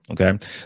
okay